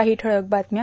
काही ठळक बातम्या